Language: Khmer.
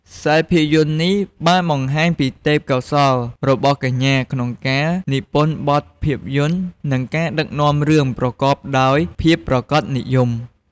ខ្សែភាពយន្តនេះបានបង្ហាញពីទេពកោសល្យរបស់កញ្ញាក្នុងការនិពន្ធបទភាពយន្ត និងការដឹកនាំរឿងប្រកបដោយភាពប្រាកដនិយម។